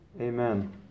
Amen